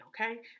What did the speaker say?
okay